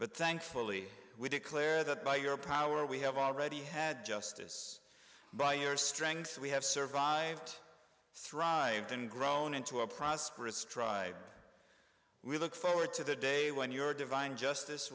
but thankfully we declare that by your power we have already had justice by your strength we have survived thrived in grown into a prosperous try we look forward to the day when your divine justice